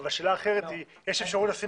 אבל שאלה אחרת היא: יש אפשרות לשים